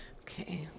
Okay